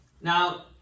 Now